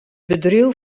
bedriuw